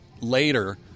later